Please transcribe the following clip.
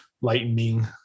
lightning